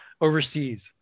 overseas